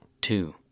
two